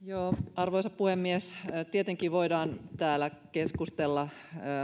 arvoisa puhemies tietenkin voidaan täällä keskustella